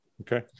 Okay